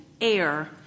air